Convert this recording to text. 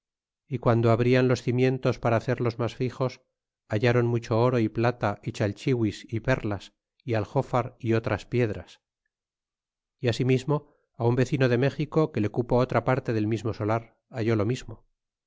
y guando abrian los cimientos para hacerlos mas fixos hallaron mucho oro y plata y chalchihuis y perlas é aljofar y otras piedras y asimismo a un vecino de méxico que le cupo otra parte del mismo solar halló lo mismo